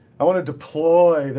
i want to deploy this.